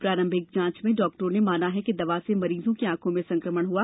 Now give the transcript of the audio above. प्रारंभिक जांच में डॉक्टरों ने माना है कि दवा से मरीजों की आंखों में संकमण हआ